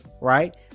right